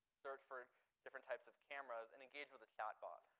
search for different types of cameras, and engage with the chat box.